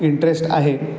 interest आहे